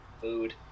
food